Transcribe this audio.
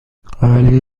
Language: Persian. ولی